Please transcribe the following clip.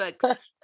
books